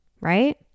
right